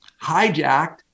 hijacked